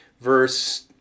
Verse